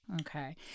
Okay